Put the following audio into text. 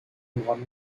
endroits